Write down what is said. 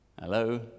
Hello